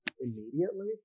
immediately